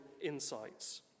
insights